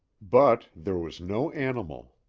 but there was no animal.